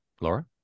Laura